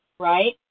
Right